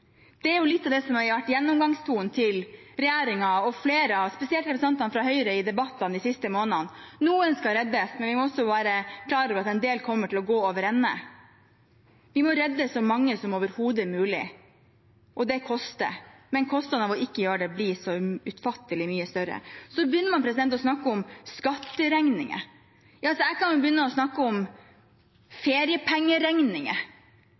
det er jo litt av det som har vært gjennomgangstonen til regjeringen og flere av representantene, spesielt fra Høyre, i debatten de siste månedene: Noen skal reddes, men vi må også være klar over at en del kommer til å gå over ende. Vi må jo redde så mange som overhodet mulig. Det koster, men kostnadene med å ikke gjøre det blir så ufattelig mye større. Så begynner man å snakke om skatteregninger. Ja, jeg kan begynne å snakke om